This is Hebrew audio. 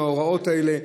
במאורעות האלה,